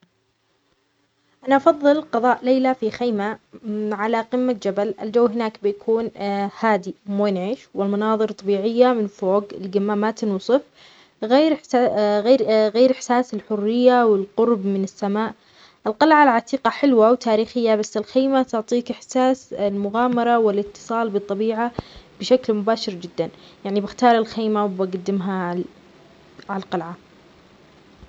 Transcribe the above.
أنا أفضل قضاء ليلة في خيمة على قمة جبل الجو، هناك بيكون هادئ، منعش، والمناظر طبيعية من فوق القمامات، وصف غير-غير اح-إحساس الحرية والقرب من السماء، القلعة العتيقة حلوة وتاريخية، بس الخيمة تعطيك إحساس المغامرة والاتصال بالطبيعة بشكل مباشر جدا، يعني بختار الخيمة وبقدمها ال-على القلعة.